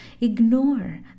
Ignore